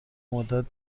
مدت